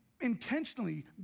intentionally